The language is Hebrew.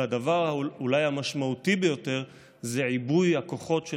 ואולי הדבר המשמעותי ביותר זה עיבוי הכוחות של